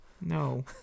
No